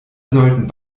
sollten